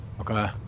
Okay